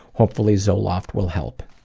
hopefully zoloft will help.